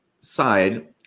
side